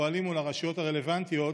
ופועלים מול הרשויות הרלוונטיות,